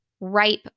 ripe